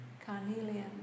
carnelian